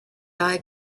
die